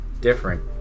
different